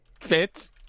Fit